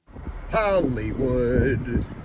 Hollywood